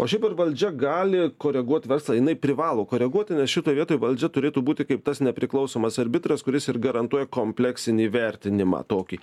o šiaip ar valdžia gali koreguot verslą jinai privalo koreguot nes šitoj vietoj valdžia turėtų būti kaip tas nepriklausomas arbitras kuris ir garantuoja kompleksinį vertinimą tokį